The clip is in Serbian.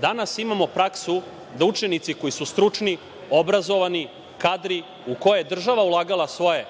Danas imamo praksu da učenici koji su stručni, obrazovni, kadri, u koje je država ulagala svoje